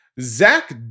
Zach